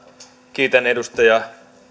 kiitän edustaja